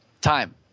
time